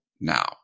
now